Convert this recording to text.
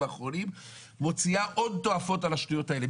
האחרונים ומוציאה הון תועפות על השטויות האלה,